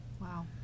Wow